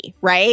Right